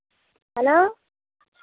hello